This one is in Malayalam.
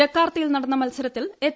ജക്കാർത്തയിൽ നടന്ന മത്സരത്തിൽ എച്ച്